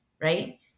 right